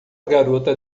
garota